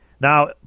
Now